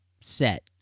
set